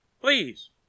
Please